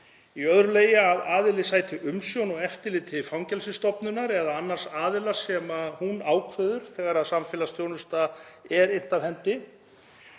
hendi. 2. Að aðili sæti umsjón og eftirliti Fangelsismálastofnunar eða annars aðila sem hún ákveður þegar samfélagsþjónusta er innt af hendi.